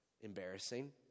embarrassing